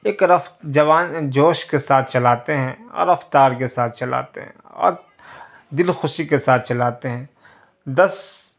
ایک رف جوان جوش کے ساتھ چلاتے ہیں اور رفتار کے ساتھ چلاتے ہیں اور دل خوشی کے ساتھ چلاتے ہیں دس